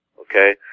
okay